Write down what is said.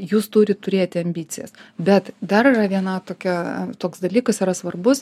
jūs turit turėti ambicijas bet dar yra viena tokia toks dalykas yra svarbus